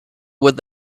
would